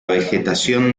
vegetación